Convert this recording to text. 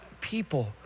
people